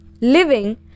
Living